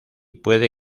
puede